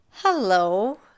Hello